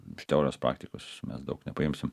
iš teorijos praktikos mes daug nepaimsim